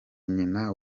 nyina